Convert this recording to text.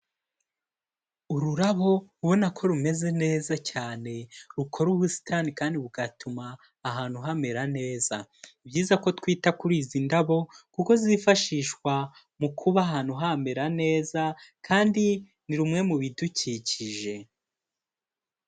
Ururabo ubona ko rumeze neza cyane rukora ubusitani kandi bugatuma ahantu hamera neza, ni byiza ko twita kuri izi ndabo kuko zifashishwa mu kuba ahantu hamera neza kandi ni rumwe mu bidukikije.